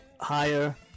higher